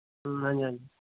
ਹਮ ਹਾਂਜੀ ਹਾਂਜੀ